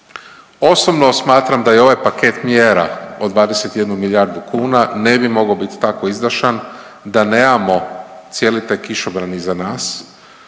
Osobno smatram da je ovaj paket mjera od 21 milijardu kuna ne bi mogao biti tako izdašan da nemamo cijeli taj kišobran iza nas,